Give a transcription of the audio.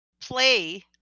play